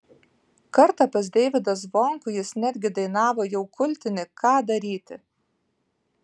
kartą pas deivydą zvonkų jis netgi dainavo jau kultinį ką daryti